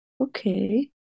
Okay